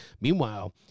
Meanwhile